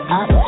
up